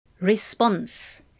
Response